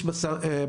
פושטים,